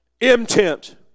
intent